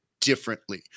differently